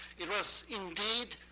it was, indeed,